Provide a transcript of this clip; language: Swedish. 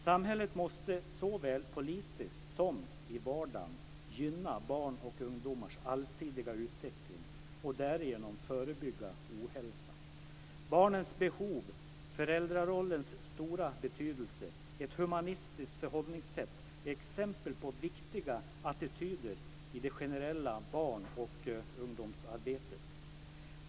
Samhället måste såväl politiskt som i vardagen gynna barns och ungdomars allsidiga utveckling och därigenom förebygga ohälsa. Barnens behov, föräldrarollens stora betydelse och ett humanistiskt förhållningssätt är exempel på viktiga attityder i det generella barn och ungdomsarbetet.